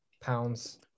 pounds